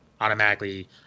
automatically